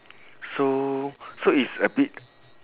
so so it's a bit